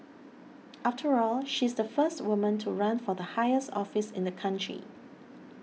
after all she's the first woman to run for the highest office in the country